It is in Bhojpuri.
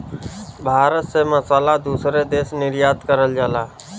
भारत से मसाला दूसरे देश निर्यात करल जाला